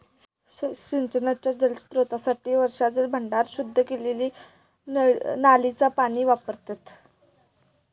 सिंचनाच्या जलस्त्रोतांसाठी वर्षाजल भांडार, शुद्ध केलेली नालींचा पाणी वापरतत